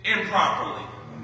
improperly